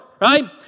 right